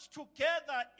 together